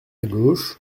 gauche